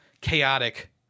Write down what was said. chaotic